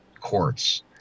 courts